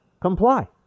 comply